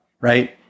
right